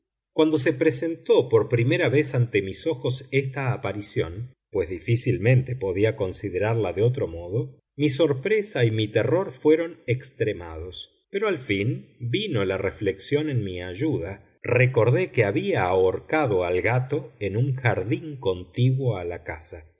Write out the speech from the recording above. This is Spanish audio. cuando se presentó por primera vez ante mis ojos esta aparición pues difícilmente podía considerarla de otro modo mi sorpresa y mi terror fueron extremados pero al fin vino la reflexión en mi ayuda recordé que había ahorcado al gato en un jardín contiguo a la casa